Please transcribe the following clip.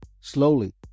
Slowly